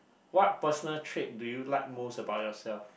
what personal trait do you like most about yourself